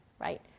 right